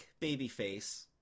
babyface